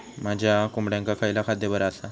माझ्या कोंबड्यांका खयला खाद्य बरा आसा?